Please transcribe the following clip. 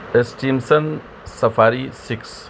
ایسٹیمسن safari six